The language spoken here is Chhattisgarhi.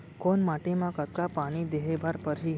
कोन माटी म कतका पानी देहे बर परहि?